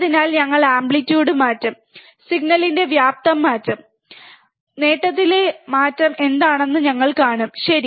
അതിനാൽ ഞങ്ങൾ ആംപ്ലിറ്റ്യൂഡ് മാറ്റും സിഗ്നലിന്റെ വ്യാപ്തി മാറ്റും നേട്ടത്തിലെ മാറ്റം എന്താണെന്ന് ഞങ്ങൾ കാണും ശരി